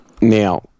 Now